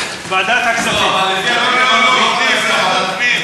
עבר בשנת 2006,